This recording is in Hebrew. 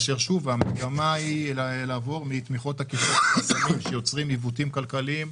המגמה היא לעבור מתמיכות שיוצרים עיוותים כלכליים,